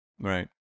Right